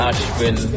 Ashwin